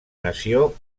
nació